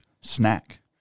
snack